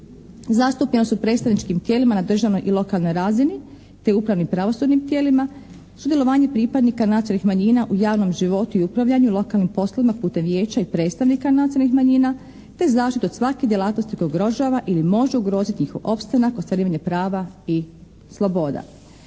Zastupljenost u predstavničkim tijelima na državnoj i lokalnoj razini, te upravnim i pravosudnim tijelima, sudjelovanje pripadnika nacionalnih manjina u javnom životu i upravljanju lokalnim poslovima putem vijeća i predstavnika nacionalnih manjina, te zaštitu od svake djelatnosti koja ugrožava ili može ugroziti njihov opstanak, ostvarivanje prava i sloboda.